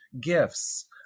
gifts